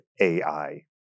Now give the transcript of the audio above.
AI